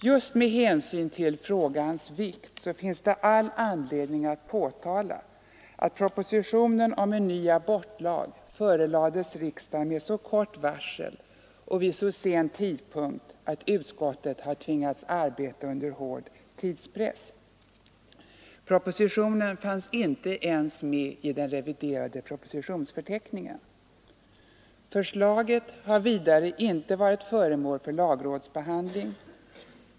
Just med hänsyn till frågans vikt finns det all anledning påtala att propositionen om ny abortlag förelades riksdagen med så kort varsel och vid så sen tidpunkt att utskottet har tvingats arbeta under hård tidspress. Propositionen fanns inte ens med i den reviderade propositionsförteckningen. Förslaget har vidare inte varit föremål för lagrådsbehandling.